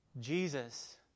Jesus